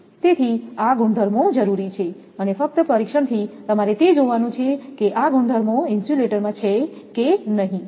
તેથી આ ગુણધર્મો જરૂરી છે અને ફક્ત પરીક્ષણથી તમારે તે જોવાનું છે કે આ ગુણધર્મો ઇન્સ્યુલેટરમાં છે કે નહીં